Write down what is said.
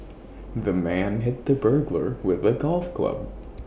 the man hit the burglar with A golf club